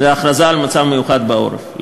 להכרזה על מצב מיוחד בעורף.